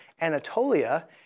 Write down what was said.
Anatolia